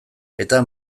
eta